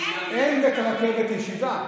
אין ישיבה,